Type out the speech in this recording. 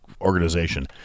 organization